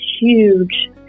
huge